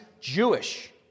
Jewish